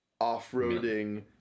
off-roading